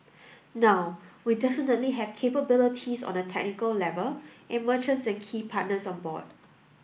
now we definitely have capabilities on a technical level and merchants and key partners on board